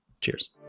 cheers